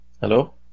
Hello